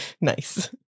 Nice